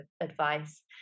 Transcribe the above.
advice